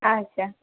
ଆଚ୍ଛା